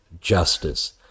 justice